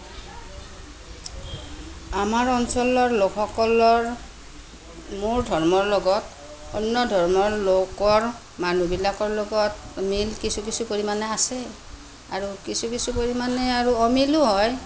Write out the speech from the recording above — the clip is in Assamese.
আমাৰ অঞ্চলৰ লোকসকলৰ মোৰ ধৰ্মৰ লগত অন্য ধৰ্মৰ লোকৰ মানুহবিলাকৰ লগত মিল কিছু কিছু পৰিমাণে আছে আৰু কিছু কিছু পৰিমাণে আৰু অমিলো হয়